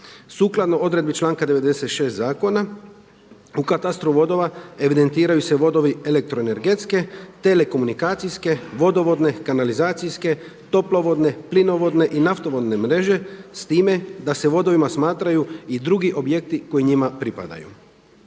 Sukladno odredbi članka 96. zakona u katastru vodova evidentiraju se vodovi elektroenergetske, telekomunikacijske, vodovodne, kanalizacijske, toplovodne, plinovodne i naftovodne mreže s time da se vodovima smatraju i drugi objekti koji njima pripadaju.